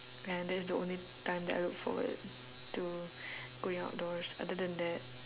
and that's the only time that I look forward to going outdoors other than that